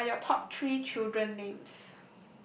what are your top three children names